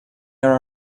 our